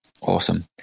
Awesome